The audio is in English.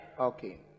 okay